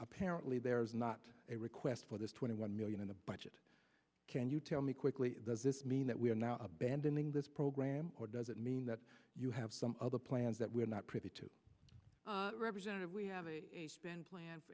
apparently there is not a request for this twenty one million in the budget can you tell me quickly does this mean that we are now abandoning this program or does it mean that you have some other plans that we are not privy to representative we have a